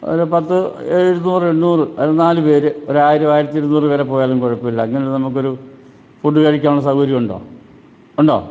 ഒരു പത്ത് എഴുന്നൂറ് എണ്ണൂറ് നാലു പേര് ഒരായിരം ആയിരത്തി ഇരുന്നൂറ് വരെ പോയാലും കുഴപ്പമില്ല അങ്ങനെ നമുക്കൊരു ഫുഡ് കഴിക്കാനുള്ള സൗകര്യമുണ്ടോ ഉണ്ടോ